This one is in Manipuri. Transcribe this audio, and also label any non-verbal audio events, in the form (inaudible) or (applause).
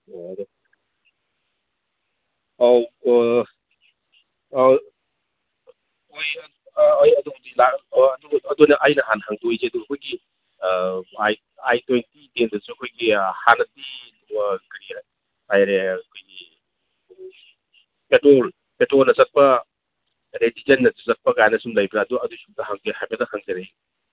ꯑꯣ ꯑꯗꯣ ꯑꯧ (unintelligible) ꯑꯗꯨꯅꯦ ꯑꯩꯅ ꯍꯥꯟꯅ ꯍꯪꯗꯣꯛꯏꯁꯦ ꯑꯩꯈꯣꯏꯒꯤ ꯑꯥꯏ ꯇ꯭ꯋꯦꯟꯇꯤ (unintelligible) ꯑꯩꯈꯣꯏꯒꯤ ꯍꯥꯟꯅꯗꯤ (unintelligible) ꯑꯩꯈꯣꯏꯒꯤ ꯄꯦꯇ꯭ꯔꯣꯜ ꯄꯦꯇ꯭ꯔꯣꯜꯅ ꯆꯠꯄ ꯑꯗꯒꯤ ꯗꯤꯖꯜꯅꯁꯨ ꯆꯠꯄ ꯀꯥꯏꯅ ꯁꯨꯝ ꯂꯩꯕ꯭ꯔꯥ ꯑꯗꯣ ꯑꯗꯨꯁꯨ ꯑꯝꯇ ꯍꯪꯒꯦ ꯍꯥꯏꯐꯦꯠꯇ ꯍꯪꯖꯔꯛꯏꯅꯤ